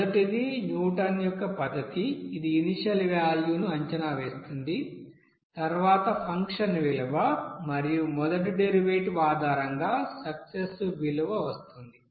మొదటిది న్యూటన్ యొక్క పద్ధతి ఇది ఇనీషియల్ వ్యాల్యూ ను అంచనా వేస్తుంది తర్వాత ఫంక్షన్ విలువ మరియు మొదటి డెరివేటివ్ ఆధారంగా సక్సెసివ్ విలువ వస్తుంది